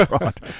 right